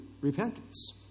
repentance